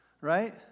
right